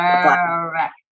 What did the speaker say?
Correct